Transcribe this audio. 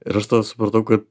ir aš tada supratau kad